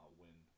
win